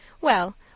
Well